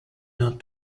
not